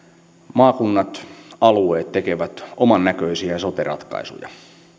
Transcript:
maakunnat alueet tekevät omannäköisiään sote ratkaisuja